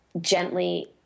gently